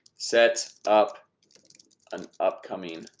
set up an upcoming